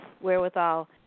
wherewithal